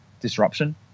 disruption